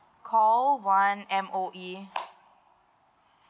call one M_O_E